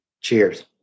Cheers